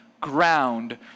ground